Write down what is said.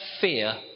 fear